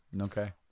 Okay